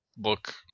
look